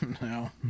no